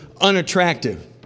unattractive